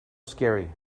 scary